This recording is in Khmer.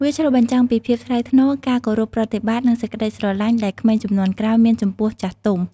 វាឆ្លុះបញ្ចាំងពីភាពថ្លៃថ្នូរ ការគោរពប្រតិបត្តិ និងសេចក្តីស្រឡាញ់ដែលក្មេងជំនាន់ក្រោយមានចំពោះចាស់ទុំ។